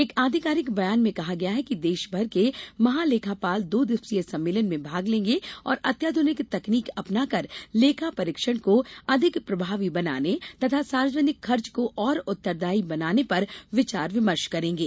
एक आधिकारिक बयान में कहा गया है कि देशभर के महालेखापाल दो दिवसीय सम्मेलन में भाग लेंगे और अत्याधुनिक तकनीक अपनाकर लेखा परीक्षण को अधिक प्रभावी बनाने तथा सार्वजनिक खर्च को और उत्तरदायी बनाने पर विचार विमर्श करेंगे